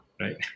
right